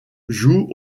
joue